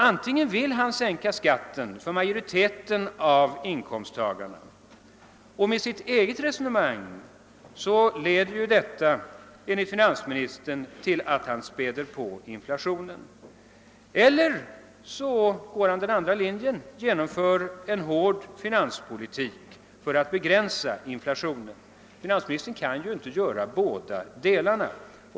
Antingen vill han sänka skatten för majoriteten av inkomsttagarna, och enligt finansministerns eget resonemang leder detta till att han späder på inflationen, eller också går han den andra vägen och genomför en hård finanspolitik för att begränsa inflationen. Finansministern kan ju inte göra båda delarna.